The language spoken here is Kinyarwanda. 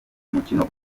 umukino